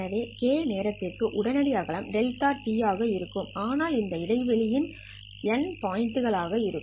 எனவே k நேரத்திற்கு உடனடி அகலம் δt ஆக இருக்கும் ஆனால் இந்த இடைவெளி ன் n பாயிண்ட் ஆக இருக்கும்